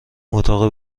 اتاق